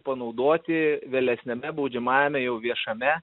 panaudoti vėlesniame baudžiamajame jau viešame